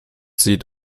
sieht